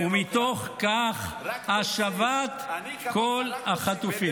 ומתוך כך, השבת כל החטופים.